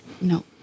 No